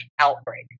outbreak